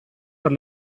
per